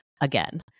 again